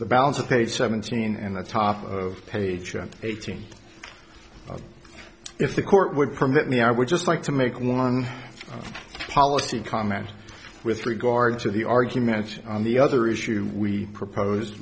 the balance of page seventeen and the top of page eighteen if the court would permit me i would just like to make one policy comment with regard to the arguments on the other issue we propose